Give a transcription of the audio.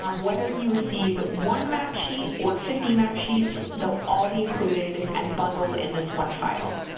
um whether you receive one map sheet or fifty map sheets, they'll all be included and bundled in this one file.